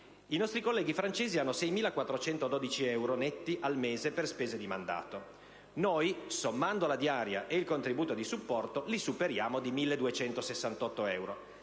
i nostri colleghi francesi hanno 6.412 euro netti al mese per spese di mandato; noi, sommando la diaria ed il contributo di supporto, li superiamo di 1.268 euro.